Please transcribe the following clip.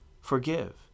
Forgive